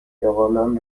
جوانان